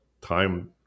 time